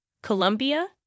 Colombia